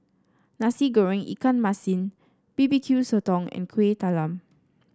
Nasi Goreng Ikan Masin B B Q Sotong and Kueh Talam